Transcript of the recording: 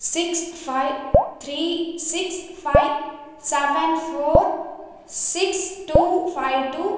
six five three six five seven four six two five two